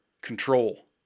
Control